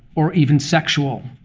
or even sexual.